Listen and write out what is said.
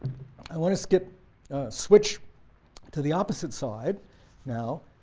i want to skip switch to the opposite side now.